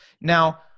Now